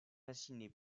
fasciné